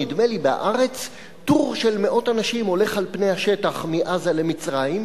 נדמה לי ב"הארץ": טור של מאות אנשים הולך על פני השטח מעזה למצרים,